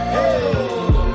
Hey